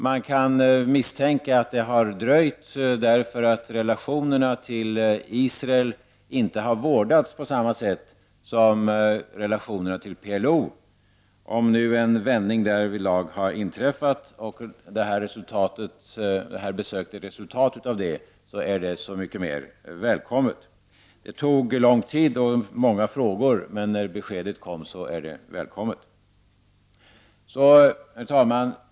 Man kan dock misstänka att det har dröjt därför att relationerna till Israel inte har vårdats på samma sätt som relationerna till PLO. Om nu en vändning därvidlag har inträffat och detta besök är resultatet av det, är det så mycket mera välkommet. Det tog lång tid och det fanns många frågor, men när beskedet väl kom var det välkommet. Herr talman!